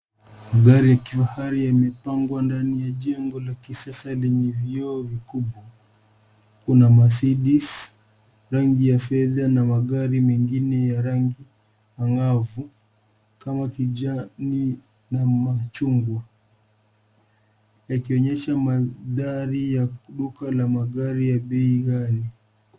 Magari ya kifahari yamepangwa ndani ya jengo la kisasa lenye vioo vikubwa. Kuna mercedes rangi ya fedha na magari mengine ya rangi angavu kama kijani na machungwa yakionyesha mandhari ya duka la magari ya bei ghali.